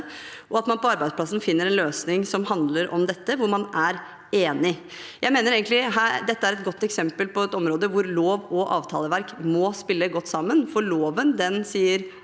og at man på arbeidsplassen finner en løsning som handler om dette, hvor man er enig. Dette er et godt eksempel på et område hvor lov og avtaleverk må spille godt sammen, for loven sier